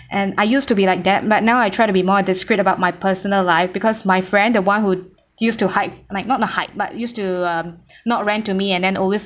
and I used to be like that but now I try to be more discreet about my personal life because my friend the one who used to hide like not to hide but used to um not rant to me and then always